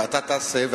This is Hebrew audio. ואתה תעשה,